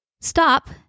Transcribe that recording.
Stop